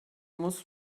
muss